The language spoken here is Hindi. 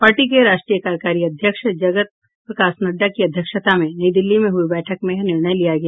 पार्टी के राष्ट्रीय कार्यकारी अध्यक्ष जगत प्रकाश नड्डा की अध्यक्षता में नई दिल्ली में हुई बैठक में यह निर्णय लिया गया